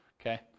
okay